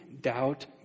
doubt